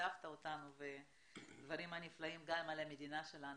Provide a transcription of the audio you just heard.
ששיתפת אותנו בדברים הנפלאים גם על המדינה שלנו.